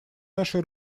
наши